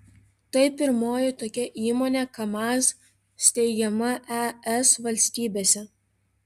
tai pirmoji tokia įmonė kamaz steigiama es valstybėse